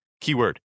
keyword